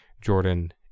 Jordan